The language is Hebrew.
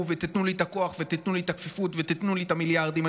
ותיתנו לי את הכוח ותיתנו לי את הכפיפות ותיתנו לי את המיליארדים,